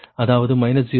அதாவது 0